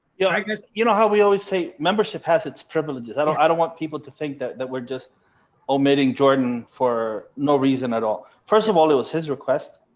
yeah, i guess you know how we always say membership has its privileges? i don't i don't want people to think that that we're just omitting jordan for no reason at all. first of all, it was his request.